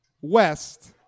West